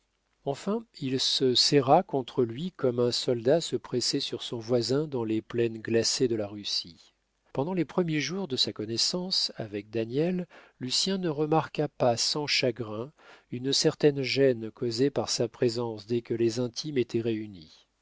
enfin il se serra contre lui comme un soldat se pressait sur son voisin dans les plaines glacées de la russie pendant les premiers jours de sa connaissance avec daniel lucien ne remarqua pas sans chagrin une certaine gêne causée par sa présence dès que les intimes étaient réunis